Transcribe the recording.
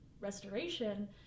restoration